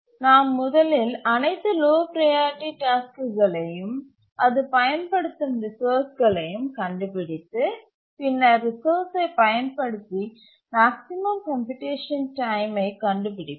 நாம் முதலில் அனைத்து லோ ப்ரையாரிட்டி டாஸ்க்குகளையும் அது பயன்படுத்தும் ரிசோர்ஸ்களையும் கண்டுபிடித்து பின்னர் ரிசோர்ஸ்சை பயன்படுத்தி மேக்ஸிமம் கம்ப்யூட்டேசன் டைமை கண்டுபிடிப்போம்